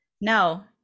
No